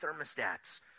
thermostats